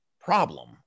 problem